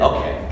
Okay